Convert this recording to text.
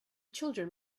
children